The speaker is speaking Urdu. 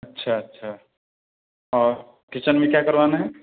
اچھا اچھا اور کچن میں کیا کروانا ہے